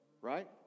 right